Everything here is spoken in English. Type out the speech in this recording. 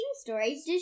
stories